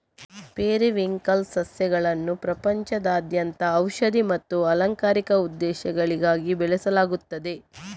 periwinkle ಸಸ್ಯಗಳನ್ನು ಪ್ರಪಂಚದಾದ್ಯಂತ ಔಷಧೀಯ ಮತ್ತು ಅಲಂಕಾರಿಕ ಉದ್ದೇಶಗಳಿಗಾಗಿ ಬೆಳೆಸಲಾಗುತ್ತದೆ